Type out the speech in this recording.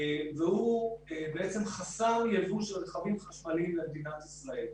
שזה חסם יבוא של רכבים חשמליים למדינת ישראל.